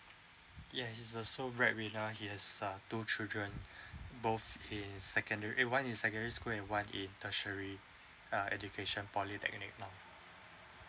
yes he is a sole breadwinner he has uh two children both is secondary eh one is secondary school and one in tertiary uh education polytechnic lah